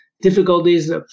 difficulties